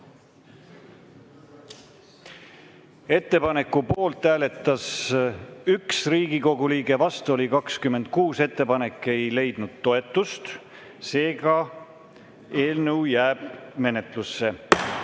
Ettepaneku poolt hääletas 1 Riigikogu liige, vastu oli 26. Ettepanek ei leidnud toetust. Seega eelnõu jääb menetlusse.